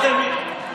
אין בתקנון הכנסת.